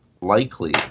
likely